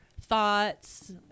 thoughts